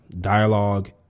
dialogue